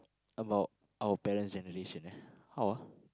about our parents and relation eh how ah